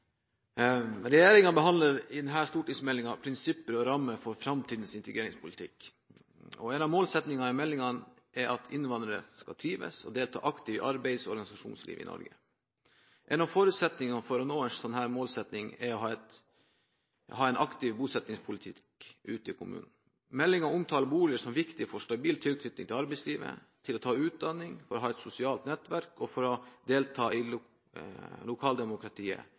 at innvandrerne skal trives og delta aktivt i arbeidslivet og organisasjonslivet i Norge. En av forutsetningene for å nå en slik målsetting, er å ha en aktiv bosettingspolitikk i kommunene. Meldingen omtaler boliger som viktig for å ha stabil tilknytning til arbeidslivet, for å ta utdanning, for å ha et sosialt nettverk, for å delta i lokaldemokratiet og for å ha god helse. Regjeringen fremmer flere tiltak i